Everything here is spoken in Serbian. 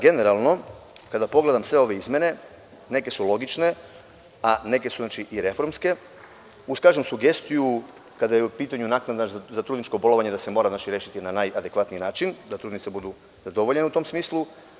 Generalno, kada pogledam sve ove izmene, neke su logične, a neke su i reformske, uz sugestiju, kada je u pitanju naknada za trudničko bolovanje, da se mora rešiti na najadekvatniji način, da trudnice budu zadovoljene u tom smislu.